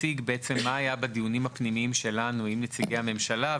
להציג מה היה בדיונים הפנימיים שלנו עם נציגי הממשלה,